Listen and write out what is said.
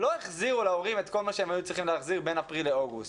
לא החזירו להורים את כל מה שהם היו צריכים להחזיר בין אפריל לאוגוסט,